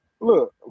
Look